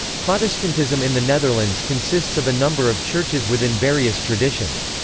protestantism in the netherlands consists of a number of churches within various traditions.